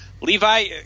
Levi